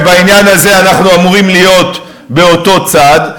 ובעניין הזה אנחנו אמורים להיות באותו צד.